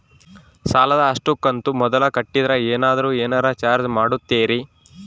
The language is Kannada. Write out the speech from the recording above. ಸಾಲದ ಅಷ್ಟು ಕಂತು ಮೊದಲ ಕಟ್ಟಿದ್ರ ಏನಾದರೂ ಏನರ ಚಾರ್ಜ್ ಮಾಡುತ್ತೇರಿ?